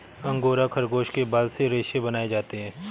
angora खरगोश के बाल से रेशे बनाए जाते हैं